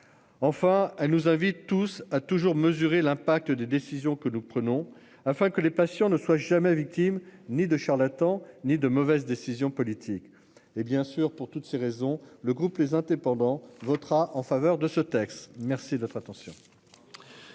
Enfin elle nous invite tous à toujours mesurer l'impact des décisions que nous prenons afin que les patients ne soit jamais victime ni de charlatan, ni de mauvaises décisions politiques, et bien sûr pour toutes ces raisons le groupe les indépendants votera en faveur de ce texte. Merci de votre attention.